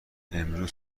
امروز